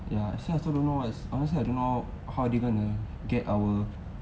ya actually I also don't know what honestly I don't know how they gonna to get our